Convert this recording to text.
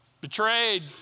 betrayed